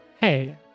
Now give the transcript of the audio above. Hey